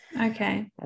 okay